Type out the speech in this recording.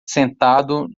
sentado